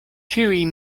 ĉiuj